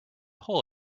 hole